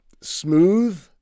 smooth